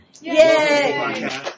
Yay